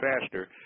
faster